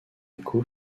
écho